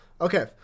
Okay